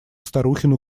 старухину